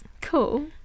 Cool